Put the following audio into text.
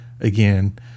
again